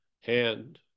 hand